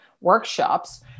workshops